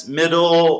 middle